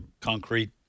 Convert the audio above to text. Concrete